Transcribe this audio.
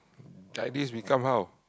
like this become how